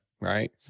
Right